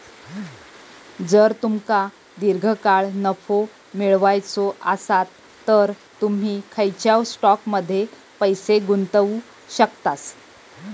जर तुमका दीर्घकाळ नफो मिळवायचो आसात तर तुम्ही खंयच्याव स्टॉकमध्ये पैसे गुंतवू शकतास